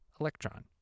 electron